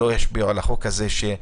ישפיעו על החוק הזה,